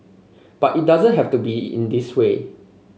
but it doesn't have to be in this way